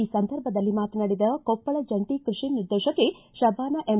ಈ ಸಂದರ್ಭದಲ್ಲಿ ಮಾತನಾಡಿದ ಕೊಪ್ಪಳ ಜಂಟಿ ಕೃಷಿ ನಿರ್ದೇಶಕಿ ಶಬಾನ ಎಂ